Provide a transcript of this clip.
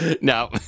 No